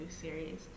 series